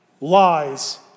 lies